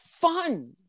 fun